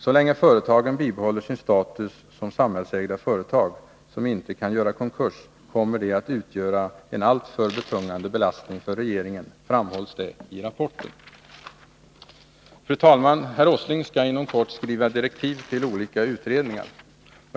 Så länge företagen bibehåller sin status som samhällsägda företag, som inte kan göra konkurs, kommer de att utgöra en alltför betungande belastning för regeringen, framhålls det i rapporten. Fru talman! Herr Åsling skall inom kort skriva direktiv till olika utredningar.